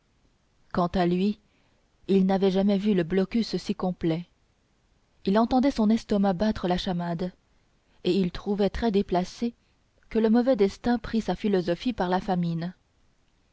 quant à lui il n'avait jamais vu le blocus si complet il entendait son estomac battre la chamade et il trouvait très déplacé que le mauvais destin prît sa philosophie par la famine